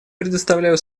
предоставляю